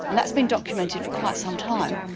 and that's been documented for quite some time.